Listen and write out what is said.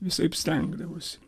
visaip stengdavosi